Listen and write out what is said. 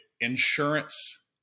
insurance